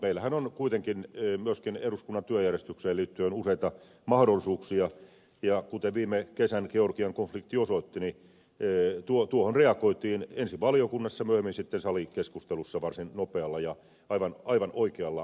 meillähän on kuitenkin myöskin eduskunnan työjärjestykseen liittyen useita mahdollisuuksia ja kuten viime kesän georgian konflikti osoitti niin tuohon reagoitiin ensin valiokunnassa myöhemmin sitten salikeskustelussa varsin nopealla ja aivan oikealla tavalla